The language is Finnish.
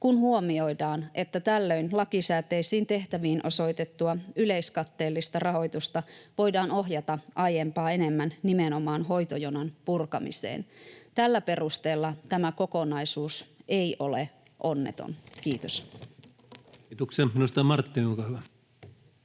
kun huomioidaan, että tällöin lakisääteisiin tehtäviin osoitettua yleiskatteellista rahoitusta voidaan ohjata aiempaa enemmän nimenomaan hoitojonon purkamiseen. Tällä perusteella tämä kokonaisuus ei ole onneton. — Kiitos. Kiitoksia. — Edustaja Marttinen, olkaa hyvä.